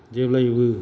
जेब्लायबो